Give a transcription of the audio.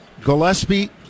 Gillespie